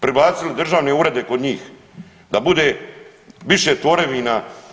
Prebacili državne urede kod njih, da bude više tvorevina.